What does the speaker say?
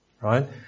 Right